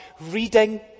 reading